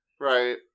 Right